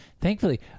Thankfully –